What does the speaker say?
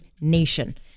Nation